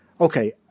okay